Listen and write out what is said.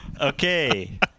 Okay